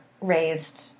raised